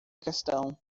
questão